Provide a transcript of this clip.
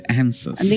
answers